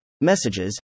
messages